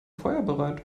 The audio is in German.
feuerbereit